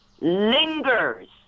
lingers